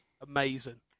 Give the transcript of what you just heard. amazing